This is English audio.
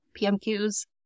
PMQs